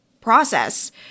process